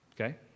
Okay